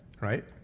right